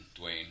Dwayne